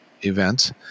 event